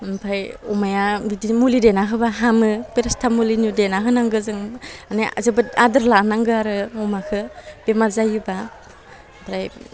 ओमफ्राय अमाया बिदिनो मुलि देना होबा हामो पेरासितामुल देना होनांगौ जों माने जोबोद आदोर लानांगौ आरो अमाखौ बेमार जायोबा ओमफ्राय